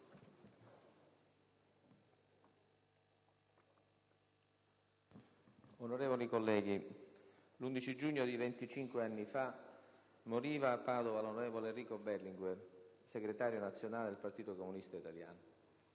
Onorevoli colleghi, l'11 giugno di venticinque anni fa, moriva a Padova l'onorevole Enrico Berlinguer, segretario nazionale del Partito Comunista Italiano.